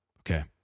okay